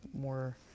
more